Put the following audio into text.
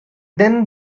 then